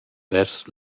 vers